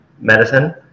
medicine